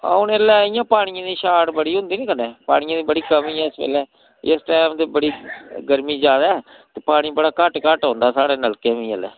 हां हून ऐल्लै इ'यां पानिये दी शार्ट बड़ी होंदी नी कनै पानिये दी बड़ी कमी ऐ इस बेल्लै इस टैम ते बड़ी गर्मी जैदा ऐ ते पानी बड़ा घट्ट घट्ट औंदा साढ़े नलकें बी ऐल्लै